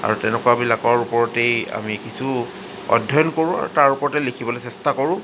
আৰু তেনেকুৱাবিলাকৰ ওপৰতেই আমি কিছু অধ্যয়ন কৰোঁ আৰু তাৰ ওপৰতেই লিখিবলৈ চেষ্টা কৰোঁ